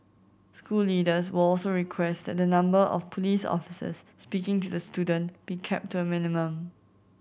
school leaders will also request that the number of police officers speaking to the student be kept a minimum